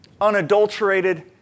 unadulterated